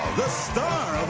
the star